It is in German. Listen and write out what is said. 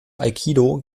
aikido